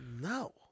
No